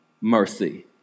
Mercy